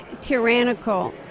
tyrannical